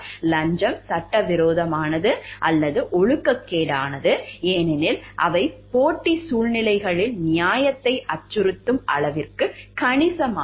லஞ்சம் சட்டவிரோதமானது அல்லது ஒழுக்கக்கேடானது ஏனெனில் அவை போட்டி சூழ்நிலைகளில் நியாயத்தை அச்சுறுத்தும் அளவுக்கு கணிசமானவை